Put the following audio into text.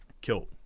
killed